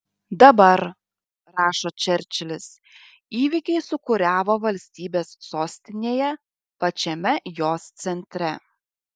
dabar rašo čerčilis įvykiai sūkuriavo valstybės sostinėje pačiame jos centre